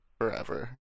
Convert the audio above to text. Forever